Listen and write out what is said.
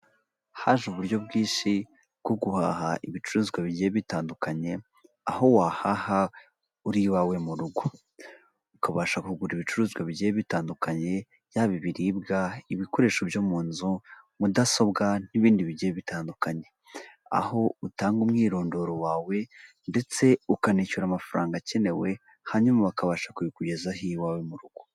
Haje uburyo bwinshi bwo guhaha ibicuruzwa bigiye bitandukanye aho wahaha uri iwawe mu rugo, ukabasha kugura ibicuruzwa bigiye bitandukanye byaba ibibwa ibikoresho byo mu nzu mudasobwa n'ibindi bigiye bitandukanye. Aho utanga umwirondoro wawe ndetse ukanishyura amafaranga akenewe hanyuma bakabasha kubikugezaho iwawe mu rugo.